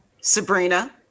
sabrina